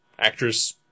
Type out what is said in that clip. actress